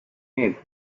nate